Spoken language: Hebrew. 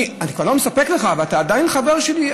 אני כבר לא מספק לך אבל אתה עדיין חבר שלי,